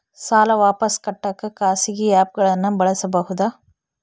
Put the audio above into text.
ಸಾಲ ವಾಪಸ್ ಕಟ್ಟಕ ಖಾಸಗಿ ಆ್ಯಪ್ ಗಳನ್ನ ಬಳಸಬಹದಾ?